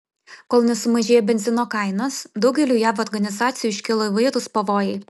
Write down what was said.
kol nesumažėjo benzino kainos daugeliui jav organizacijų iškilo įvairūs pavojai